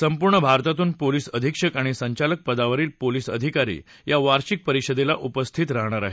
संपूर्ण भारतातून पोलीस अधिक्षक आणि संचालक पदावरील पोलीस अधिकारी या वार्षिक परिषदेला उपस्थित आहेत